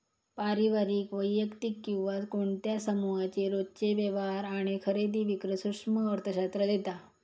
पारिवारिक, वैयक्तिक किंवा कोणत्या समुहाचे रोजचे व्यवहार आणि खरेदी विक्री सूक्ष्म अर्थशास्त्रात येता